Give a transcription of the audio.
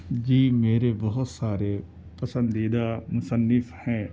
جی میرے بہت سارے پسندیدہ مصنف ہیں